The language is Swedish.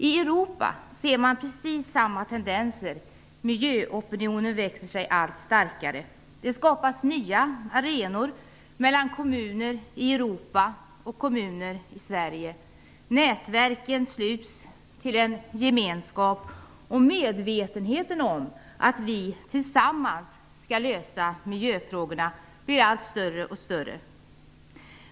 I Europa ser man samma tendenser - miljöopinionen växer sig allt starkare. Det skapas nya arenor mellan kommuner i Europa och kommuner i Sverige. Nätverken sluts till en gemenskap. Medvetenheten om att vi tillsammans skall lösa miljöfrågorna blir större och större.